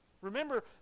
Remember